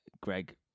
Greg